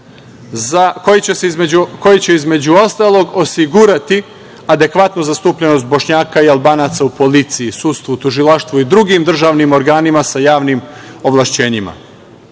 koji će, između ostalog, osigurati adekvatnu zastupljenost Bošnjaka i Albanaca u policiji, sudstvu, tužilaštvu i drugim držanim organima sa javnim ovlašćenjima. Predlagač